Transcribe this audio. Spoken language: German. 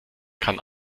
kann